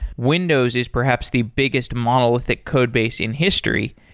windows is perhaps the biggest monolithic codebase in history,